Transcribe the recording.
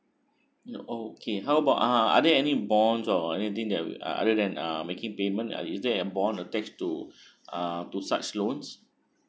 ya okay how about uh are there any bonds or anything that will uh other than uh making payment uh is there a bond will takes to uh to such loans